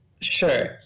Sure